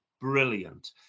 Brilliant